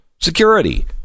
security